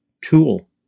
tool